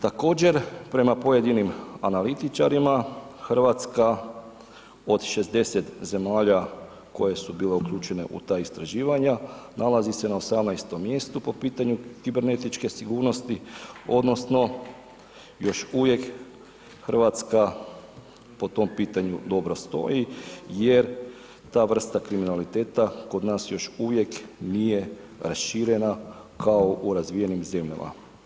Također prema pojedinim analitičarima RH od 60 zemalja koje su bile uključene u ta istraživanja, nalazi se na 18 mjestu po pitanju kibernetičke sigurnosti odnosno još uvijek RH po tom pitanju dobro stoji jer ta vrsta kriminaliteta kod nas još uvijek nije raširena kao u razvijenim zemljama.